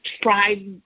try